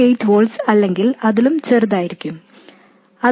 8 volts അല്ലെങ്കിൽ അതിലും ചെറുതായിരിക്കും എന്നത്